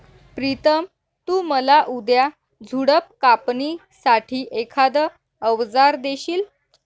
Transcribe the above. प्रितम तु मला उद्या झुडप कापणी साठी एखाद अवजार देशील?